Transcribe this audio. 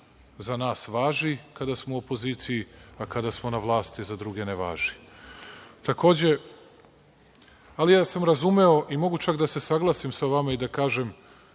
za nas važi kada smo u opoziciji, a kada smo na vlasti za druge ne važi. Ali, ja sam razumeo i mogu čak da se saglasim sa vama i da kažem